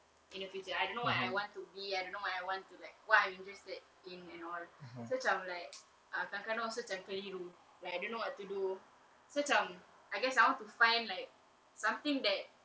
in the future I don't know what I want to be I don't know what I want to like what I'm interested in and all so macam like err kadangkala also macam keliru like I know what to do so macam I guess I want to find like something that